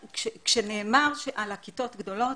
כשנאמר על הכיתות שהן גדולות,